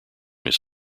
his